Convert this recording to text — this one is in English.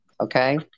Okay